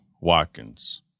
Watkins